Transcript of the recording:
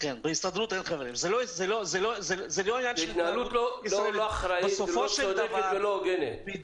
זו התנהלות לא אחראית לא צודקת ולא הוגנת.